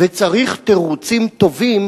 וצריך תירוצים טובים